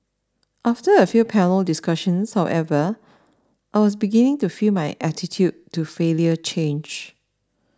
after a few panel discussions however I was beginning to feel my attitude to failure change